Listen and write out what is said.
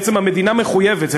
בעצם המדינה מחויבת,